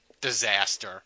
disaster